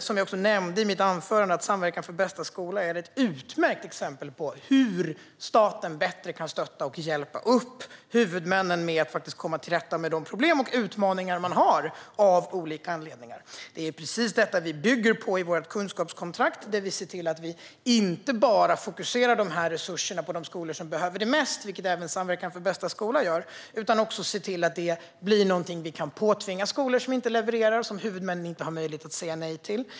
Som jag nämnde i mitt anförande är Samverkan för bästa skola ett utmärkt exempel på att staten bättre kan stötta och hjälpa huvudmännen att komma till rätta med de problem och utmaningar de har av olika anledningar. Det är precis detta vi bygger på i vårt kunskapskontrakt. Där ser vi till att resurserna inte bara fokuseras till de skolor som behöver det mest, vilket även Samverkan för bästa skola gör. Vi ser också till att detta blir något som vi kan påtvinga skolor som inte levererar och som huvudmännen inte har möjlighet att säga nej till.